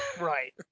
Right